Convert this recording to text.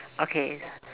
okay